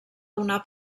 donar